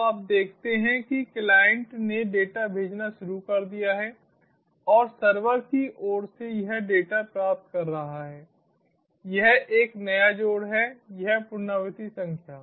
तो आप देखते हैं कि क्लाइंट ने डेटा भेजना शुरू कर दिया है और सर्वर की ओर से यह डेटा प्राप्त कर रहा है यह एक नया जोड़ है यह पुनरावृत्ति संख्या